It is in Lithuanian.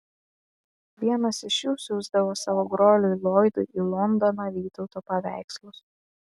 vienas iš jų siųsdavo savo broliui loydui į londoną vytauto paveikslus